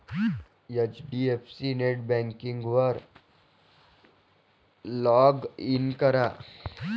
HDFC नेटबँकिंगवर log in करा